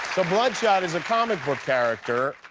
ah bloodshot is a comic book character.